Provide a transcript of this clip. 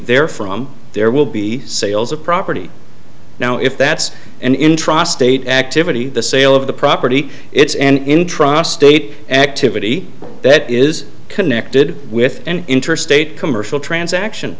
there from there will be sales of property now if that's an interesting eight activity the sale of property it's and in trust state activity that is connected with an interstate commercial transaction